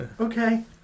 okay